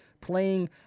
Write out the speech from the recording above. playing